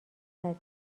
زدیم